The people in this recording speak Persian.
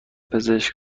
پزشک